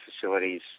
facilities